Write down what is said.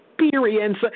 experience